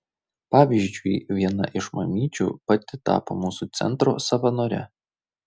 pavyzdžiui viena iš mamyčių pati tapo mūsų centro savanore